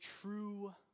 true